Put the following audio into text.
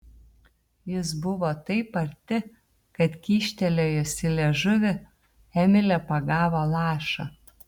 jis buvo taip arti kad kyštelėjusi liežuvį emilė pagavo lašą